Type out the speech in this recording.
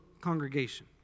congregation